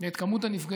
ואת מספר הנפגעים,